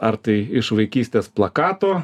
ar tai iš vaikystės plakato